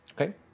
Okay